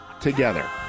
together